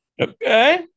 Okay